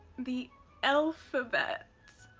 the elf-abet!